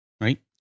right